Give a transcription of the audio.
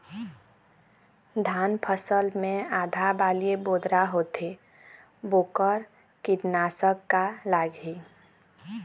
धान फसल मे आधा बाली बोदरा होथे वोकर कीटनाशक का लागिही?